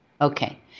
Okay